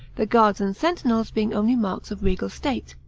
the guards and sentinels being only marks of regal state,